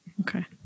Okay